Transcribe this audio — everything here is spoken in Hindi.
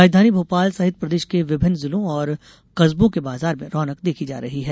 राजधानी भोपाल सहित प्रदेश के विभिन्न जिलों और कस्बों के बाजार में रौनक देखी जा रही है